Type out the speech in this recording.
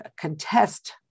contest